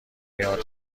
یاد